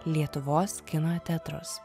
lietuvos kino teatrus